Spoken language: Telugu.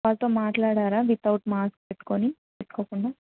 వారితో మాట్లాడారా విత్ అవుట్ మాస్క్ పెట్టుకోని పెట్టుకోకుండా